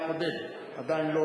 נמנעים.